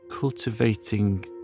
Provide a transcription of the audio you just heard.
cultivating